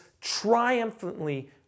triumphantly